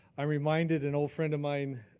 i reminded an old friend of mine,